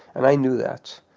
and i knew that.